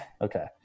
Okay